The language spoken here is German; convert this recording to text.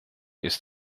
ist